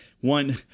one